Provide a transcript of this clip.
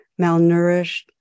malnourished